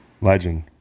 Legend